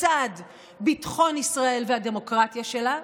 לצד ביטחון ישראל והדמוקרטיה שלה.